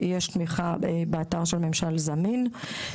יש תמיכה באתר של ממשל זמין.